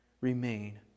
remain